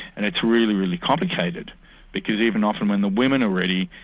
and it's really, really complicated because even often when the women are ready,